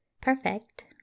Perfect